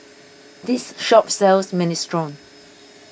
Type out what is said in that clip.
this shop sells Minestrone